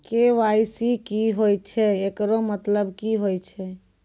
KYC की होय छै, एकरो मतलब की होय छै?